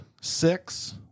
six